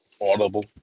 Audible